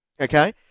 Okay